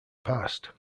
passed